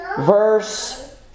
verse